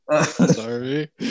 sorry